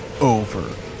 over